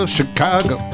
Chicago